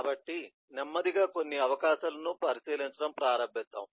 కాబట్టి నెమ్మదిగా కొన్ని అవకాశాలను పరిశీలించడం ప్రారంభిద్దాం